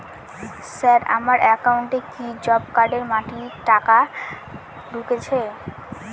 Sir আমার একাউন্টে কি জব কার্ডের মাটি কাটার টাকা ঢুকেছে?